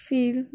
Feel